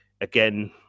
again